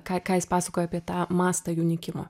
ką ką jis pasakojo apie tą mastą jų nykimo